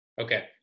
okay